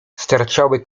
sterczały